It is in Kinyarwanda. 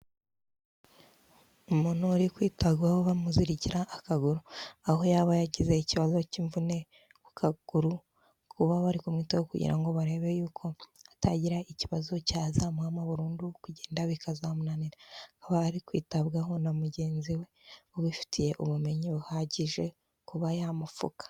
Umuntu wari kwitabwaho bamuzirikira akaguru. Aho yaba yagize ikibazo cy'imvune ku kaguru, kuba bari kumwitaho kugira ngo barebe yuko atagira ikibazo cyazamamo burundu kugenda bikazamunanira. Aba ari kwitabwaho na mugenzi we ubifitiye ubumenyi buhagije kuba yamupfuka.